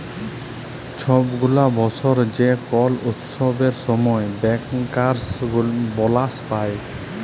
ছব গুলা বসর যে কল উৎসবের সময় ব্যাংকার্সরা বলাস পায়